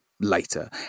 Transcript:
later